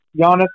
Giannis